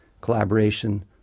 collaboration